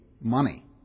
money